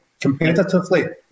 competitively